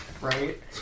Right